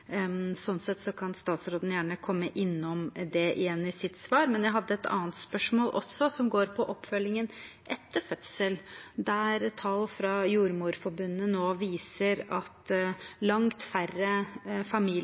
Sånn sett kan statsråden gjerne komme innom det igjen i sitt svar. Men jeg hadde et annet spørsmål også, som går på oppfølgingen etter fødsel, der tall fra Jordmorforbundet nå viser at langt færre familier